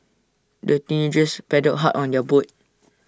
the teenagers paddled hard on their boat